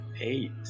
Eight